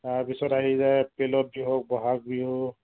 তাৰপিছত আহি যায় এপ্ৰিলত বিহু বহাগ বিহু